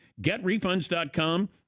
GetRefunds.com